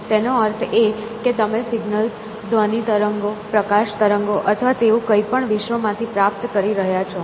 તેનો અર્થ એ કે તમે સિગ્નલ ધ્વનિ તરંગો પ્રકાશ તરંગો અથવા તેવું કંઈ પણ વિશ્વ માંથી પ્રાપ્ત કરી રહ્યાં છો